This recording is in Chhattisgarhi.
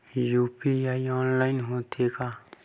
यू.पी.आई ऑनलाइन होथे का?